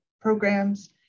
Programs